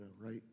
right